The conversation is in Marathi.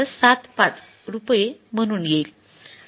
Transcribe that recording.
७५ रुपये म्हणून येईल